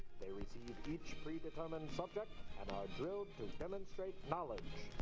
they receive each predetermined subject and drilled demonstrate knowledge,